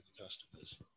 customers